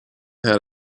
had